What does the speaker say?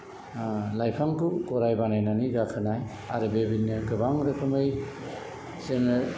लायफांखौ गराइ बानायनानै गाखोनाय आरो बेबायदिनो गोबां रोखोमै जोङो